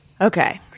Okay